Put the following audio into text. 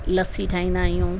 लस्सी ठाहींदा आहियूं